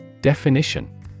Definition